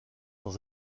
dans